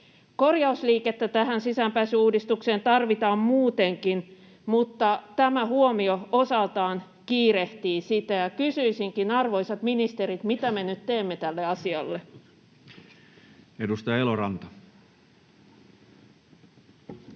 Korjausliikettä tähän sisäänpääsyuudistukseen tarvitaan muutenkin, mutta tämä huomio osaltaan kiirehtii sitä. Ja kysyisinkin, arvoisat ministerit: mitä me nyt teemme tälle asialle? Edustaja Eloranta.